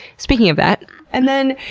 speaking of that and then,